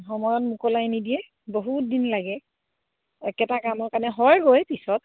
সময়ত মুকলাই নিদিয়ে বহুত দিন লাগে একেটা কামৰ কাৰণে হয়গৈ পিছত